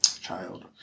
Child